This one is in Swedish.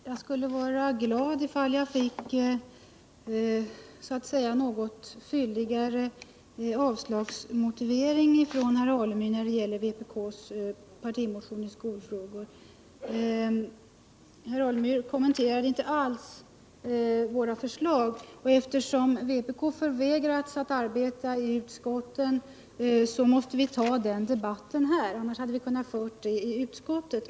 Herr talman! Jag vore glad om jag fick en något fylligare avslagsmotivering av herr Alemyr när det gäller vpk:s partimotion om skolfrågor. Herr Alemyr kommenterade inte alls våra förslag. Eftersom vpk förvägrats att arbeta i utskotten, måste vi ta debatten här. Annars hade vi kunnat föra den i utskottet.